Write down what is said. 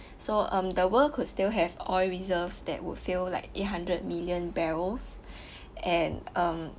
so um the world could still have oil reserves that would fill like eight hundred million barrels and um